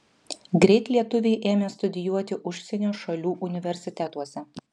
greit lietuviai ėmė studijuoti užsienio šalių universitetuose